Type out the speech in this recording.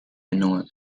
unknown